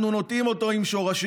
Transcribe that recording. אנחנו נוטעים אותו עם שורשים.